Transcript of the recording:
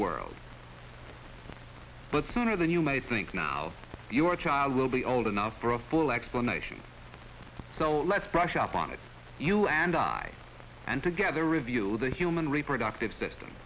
world but sooner than you might think now your child will be old enough for a full explanation so let's brush up on it you and i and together reveal the human reproductive system